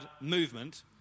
movement